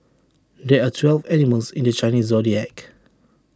there are twelve animals in the Chinese Zodiac